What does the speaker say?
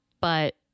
but-